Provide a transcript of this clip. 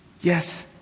Yes